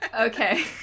Okay